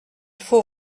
faut